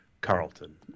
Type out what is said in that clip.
carlton